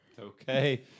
Okay